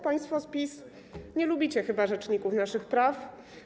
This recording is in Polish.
Państwo z PiS nie lubicie chyba rzeczników naszych praw.